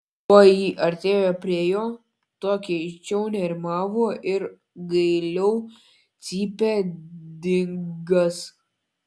kuo ji artėjo prie jo tuo keisčiau nerimavo ir gailiau cypė dingas